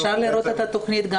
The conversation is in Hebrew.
אפשר לראות את התוכנית?